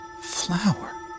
flower